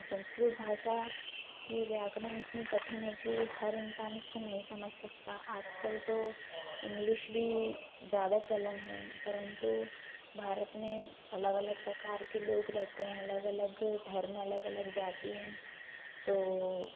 संस्कृत भाषा की व्याकरण इतनी कठिन है कि हर इंसान उसको नहीं समझ सकता आजकल तो इंग्लिश भी ज़्यादा चलन है परंतु भारत में अलग अलग प्रकार के लोग रहते हैं अलग अलग धर्म अलग अलग जाति हैं तो